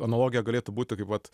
analogija galėtų būti kaip vat